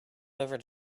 over